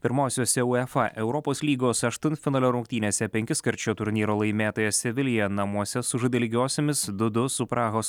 pirmosiose uefa europos lygos aštuntfinalio rungtynėse penkiskart šio turnyro laimėtoja sevilija namuose sužaidė lygiosiomis du du su prahos